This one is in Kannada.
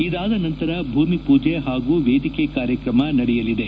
ಈದಾದ ನಂತರ ಭೂಮಿ ಮೂಜೆ ಪಾಗೂ ವೇದಿಕೆ ಕಾರ್ಯಕ್ರಮ ನಡೆಯಲಿದೆ